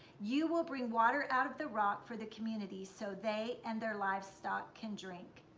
you will bring water out of the rock for the community, so they and their livestock can drink.